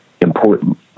important